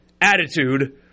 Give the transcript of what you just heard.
attitude